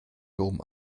dom